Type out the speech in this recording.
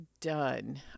done